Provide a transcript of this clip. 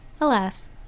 alas